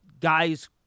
Guys